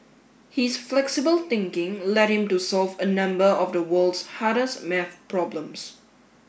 his flexible thinking led him to solve a number of the world's hardest maths problems